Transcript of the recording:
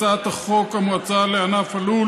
הצעת חוק המועצה לענף הלול